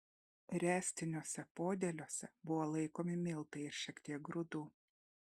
ręstiniuose podėliuose buvo laikomi miltai ir šiek tiek grūdų